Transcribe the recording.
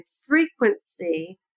frequency